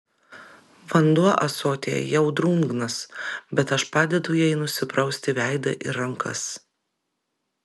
vanduo ąsotyje jau drungnas bet aš padedu jai nusiprausti veidą ir rankas